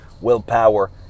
willpower